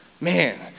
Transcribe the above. man